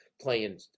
playing